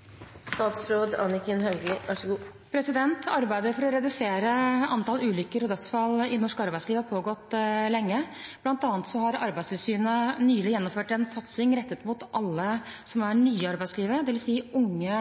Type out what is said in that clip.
Arbeidet for å redusere antall ulykker og dødsfall i norsk arbeidsliv har pågått lenge. Blant annet har Arbeidstilsynet nylig gjennomført en satsing rettet mot alle som er nye i arbeidslivet, dvs. unge